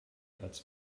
platz